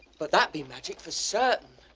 but that be magic for certain.